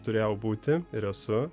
turėjau būti ir esu